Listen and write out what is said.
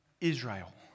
Israel